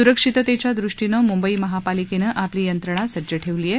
सुरक्षिततेच्या दृष्टीनं मुंबई महापालिकेनं आपली यंत्रणा सज्ज ठेवली आहे